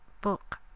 book